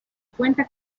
cuenta